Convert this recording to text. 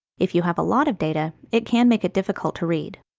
if you have a lot of data, it can make it difficult to read.